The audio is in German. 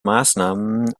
maßnahmen